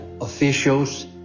officials